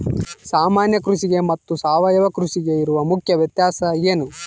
ಸಾಮಾನ್ಯ ಕೃಷಿಗೆ ಮತ್ತೆ ಸಾವಯವ ಕೃಷಿಗೆ ಇರುವ ಮುಖ್ಯ ವ್ಯತ್ಯಾಸ ಏನು?